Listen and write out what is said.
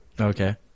Okay